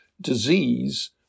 disease